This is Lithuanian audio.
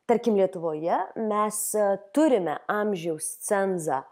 tarkim lietuvoje mes turime amžiaus cenzą